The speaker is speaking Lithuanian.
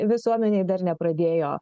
visuomenėj dar nepradėjo